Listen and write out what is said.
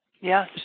Yes